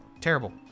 Terrible